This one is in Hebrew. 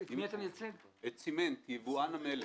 אני מייצג את סימנט יבואן המלט.